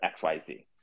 XYZ